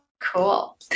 Cool